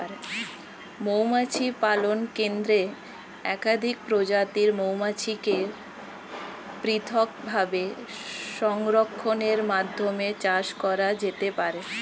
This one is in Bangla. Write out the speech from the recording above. মৌমাছি পালন কেন্দ্রে একাধিক প্রজাতির মৌমাছিকে পৃথকভাবে সংরক্ষণের মাধ্যমে চাষ করা যেতে পারে